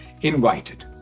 invited